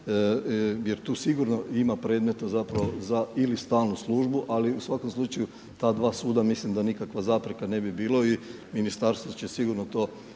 jer tu sigurno ima predmeta ili stalnu službu ali u svakom slučaju ta dva suda mislim da nikakva zapreka ne bi bila i ministarstvo će sigurno to u narednom